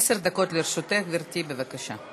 עשר דקות לרשותך, גברתי, בבקשה.